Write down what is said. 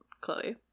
Chloe